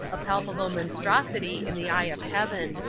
a palpable monstrosity in the eye of heaven.